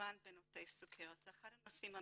כמובן בנושא הסוכרת, שזה אחד הנושאים המרכזיים.